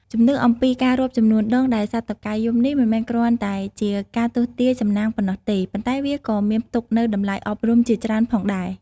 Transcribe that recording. ជំនឿអំពីការរាប់ចំនួនដងដែលសត្វតុកែយំនេះ មិនមែនគ្រាន់តែជាការទស្សន៍ទាយសំណាងប៉ុណ្ណោះទេ ប៉ុន្តែវាក៏មានផ្ទុកនូវតម្លៃអប់រំជាច្រើនផងដែរ។